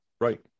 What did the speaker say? right